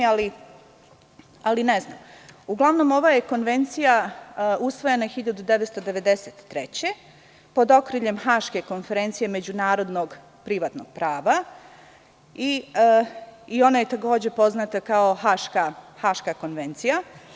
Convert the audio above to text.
Uglavnom, ova konvencija je usvojena 1993. godine pod okriljem Haške konferencije međunarodnog privatnog prava i ona je, takođe, poznata kao Haška konvencija.